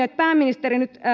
että pääministeri nyt